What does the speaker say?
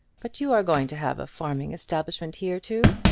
but you are going to have a farming establishment here too?